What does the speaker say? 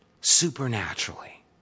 supernaturally